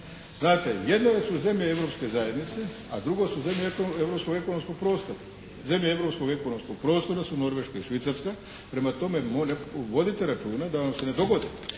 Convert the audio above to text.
Znate jedno su zemlje Europske zajednice, a drugo su zemlje europskog ekonomskog prostora. Zemlje europskog ekonomskog prostora su Norveška i Švicarska, prema tome vodite računa da vam se ne dogodi